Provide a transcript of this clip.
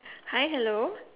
hi hello